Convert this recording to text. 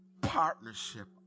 partnership